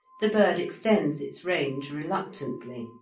the bird extends its range reluctantly.